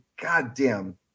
goddamn